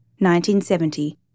1970